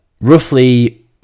Roughly